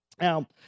Now